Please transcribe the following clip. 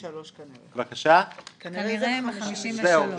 כנראה זה מ-53'.